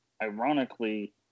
ironically